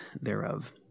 thereof